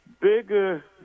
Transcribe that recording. Bigger